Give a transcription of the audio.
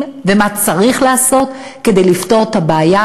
ומה צריך לעשות כדי לפתור את הבעיה,